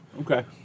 Okay